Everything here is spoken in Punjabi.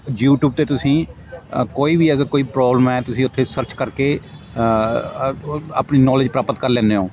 ਯੂਟੀਊਬ 'ਤੇ ਤੁਸੀਂ ਅ ਕੋਈ ਵੀ ਐਜ਼ ਆ ਕੋਈ ਪ੍ਰੋਬਲਮ ਹੈ ਤੁਸੀਂ ਉੱਥੇ ਸਰਚ ਕਰਕੇ ਆਪਣੀ ਨੌਲੇਜ ਪ੍ਰਾਪਤ ਕਰ ਲੈਂਦੇ ਹੋ